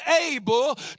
able